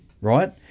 Right